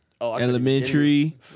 elementary